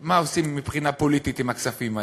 מה עושים מבחינה פוליטית עם הכספים האלה,